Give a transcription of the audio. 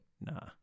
Nah